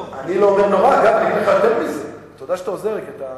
תודה שאתה עוזר לי, כי אתה